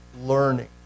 learning